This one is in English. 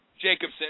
Jacobson